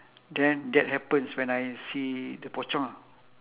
then that happens when I see the pocong ah